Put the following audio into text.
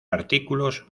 artículos